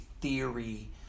theory